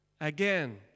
Again